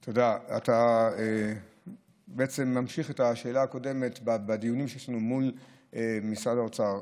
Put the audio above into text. אתה ממשיך את השאלה הקודמת בדיונים שעשינו מול משרד האוצר.